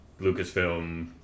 Lucasfilm